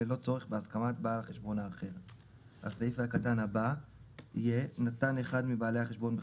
אלא אם כן הרשאת הגישה ניתנה בידי כל בעלי החשבון.